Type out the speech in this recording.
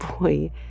boy